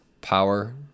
Power